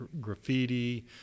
graffiti